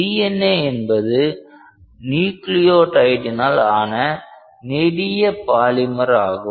DNA என்பது நியூக்ளியோடைடால் ஆன நெடிய பாலிமர் ஆகும்